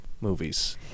movies